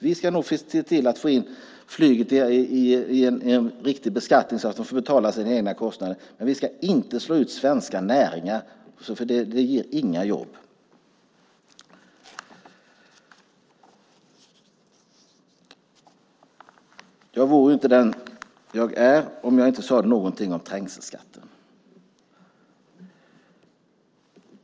Vi ska nog se till att få in flyget i en beskattning så att de får betala sina egna kostnader, men vi ska inte slå ut svenska näringar. Det ger inga jobb. Jag vore inte den jag är om jag inte sade någonting om trängselskatten.